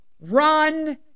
Run